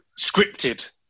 scripted